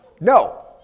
No